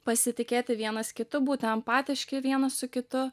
pasitikėti vienas kitu būti empatiški vienas su kitu